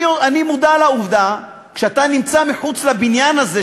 אני מודע לעובדה שכשאתה נמצא מחוץ לבניין הזה,